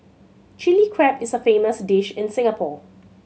Chilli Crab is a famous dish in Singapore